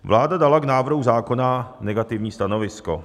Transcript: Vláda dala k návrhu zákona negativní stanovisko.